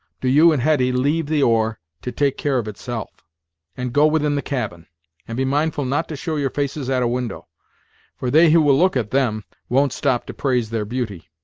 do you and hetty leave the oar to take care of itself and go within the cabin and be mindful not to show your faces at a window for they who will look at them won't stop to praise their beauty.